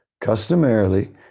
Customarily